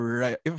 right